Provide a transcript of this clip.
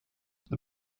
the